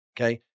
okay